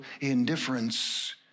indifference